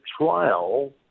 trial